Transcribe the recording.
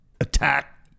attack